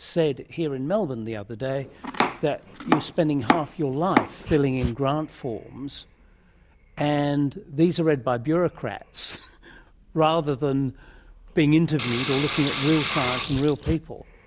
said here in melbourne the other day that you're spending half your life filling in grant forms and these are read by bureaucrats rather than being interviewed or looking at real science and real people,